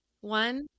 one